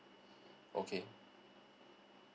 okay